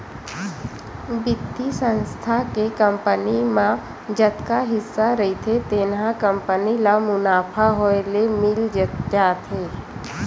बित्तीय संस्था के कंपनी म जतका हिस्सा रहिथे तेन ह कंपनी ल मुनाफा होए ले मिल जाथे